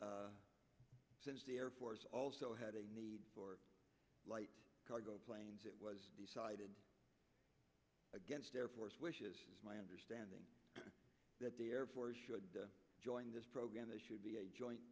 then since the air force also had a need for light cargo planes it was decided against air force which is my understanding that the air force should join this program that should be a joint